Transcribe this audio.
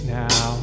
now